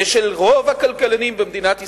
ושל רוב הכלכלנים במדינת ישראל.